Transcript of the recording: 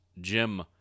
Jim